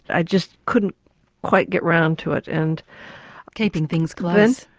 i just couldn't quite get round to it. and keeping things close.